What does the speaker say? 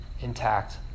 intact